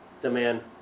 demand